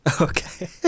Okay